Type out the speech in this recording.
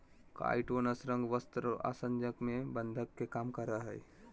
काइटोनस रंग, वस्त्र और आसंजक में बंधक के काम करय हइ